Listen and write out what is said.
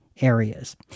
areas